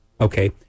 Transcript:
Okay